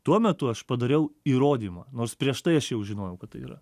tuo metu aš padariau įrodymą nors prieš tai aš jau žinojau kad tai yra